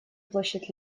площадь